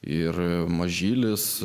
ir mažylis